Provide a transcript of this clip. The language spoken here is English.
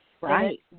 Right